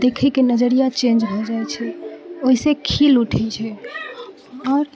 देखैके नजरिया चेंज भऽ जाइ छै ओहि सऽ खील उठै छै आओर